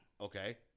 Okay